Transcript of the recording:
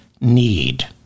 need